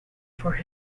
for